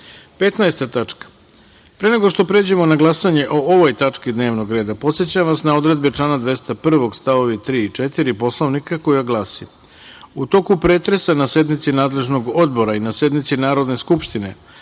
tačka. Pre nego što pređemo na glasanje o ovoj tački dnevnog reda, podsećam vas na odredbe člana 201. st. 3. i 4. Poslovnika koje glase:„U toku pretresa na sednici nadležnog Odbora i na sednici Narodne skupštine,